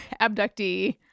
abductee